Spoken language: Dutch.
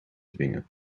dwingen